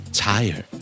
tire